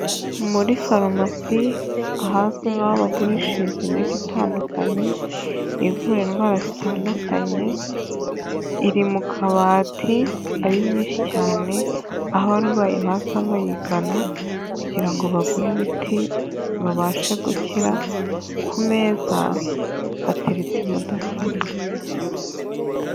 Muri farumasi ahazwi nkaho bagurishiriza imiti itandukanye, ivura indwara zitandukanye, iri mu kabati ari myinshi cyane, aho abarwayi baza bayigana, kugira ngo bagure imiti babashe gukira. Ku meza hateretse mudasobwa.